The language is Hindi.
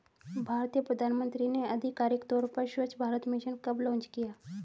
भारतीय प्रधानमंत्री ने आधिकारिक तौर पर स्वच्छ भारत मिशन कब लॉन्च किया?